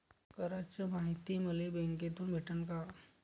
कराच मायती मले बँकेतून भेटन का?